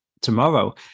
Tomorrow